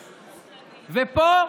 ופה,